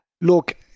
look